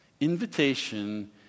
invitation